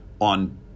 on